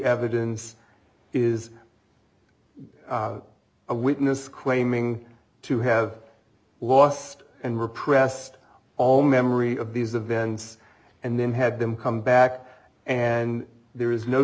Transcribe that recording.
evidence is a witness claiming to have lost and repressed all memory of these events and then had them come back and there is no